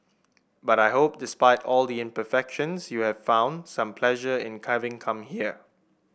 but I hope despite all the imperfections you have found some pleasure in come here